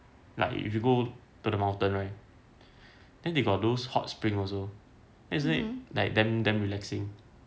like if you go to the mountain right then they got those hot spring also easily like damn damn relaxing